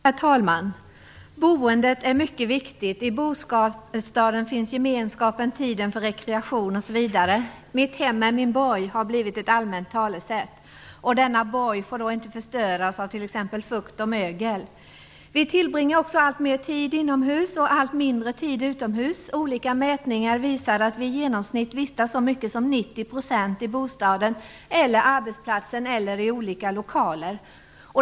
Herr talman! Boendet är mycket viktigt. I bostaden finns gemenskapen, tiden för rekreation osv. "Mitt hem är min borg" har blivit ett allmänt talesätt. Denna "borg" får då inte förstöras av t.ex. fukt och mögel. Vi tillbringar också alltmer tid inomhus och allt mindre tid utomhus. Olika mätningar visar att vi genomsnitt vistas så mycket som till 90 % i bostaden, arbetsplatsen eller i olika lokaler.